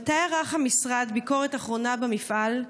1. מתי ערך המשרד ביקורת אחרונה במפעל?